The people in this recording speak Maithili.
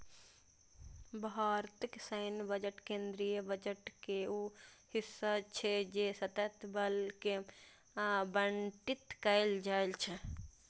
भारतक सैन्य बजट केंद्रीय बजट के ऊ हिस्सा छियै जे सशस्त्र बल कें आवंटित कैल जाइ छै